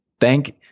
thank